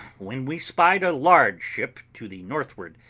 when we spied a large ship to the northward,